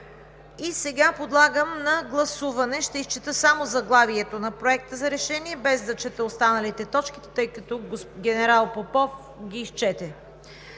Подлагам на гласуване – ще изчета само заглавието на Проекта на решение, без да чета останалите точки, тъй като генерал Попов ги изчете